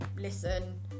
listen